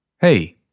Hey